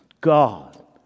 God